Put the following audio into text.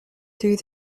through